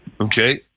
Okay